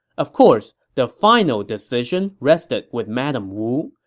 of course, the final decision rested with madame wu,